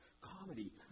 Comedy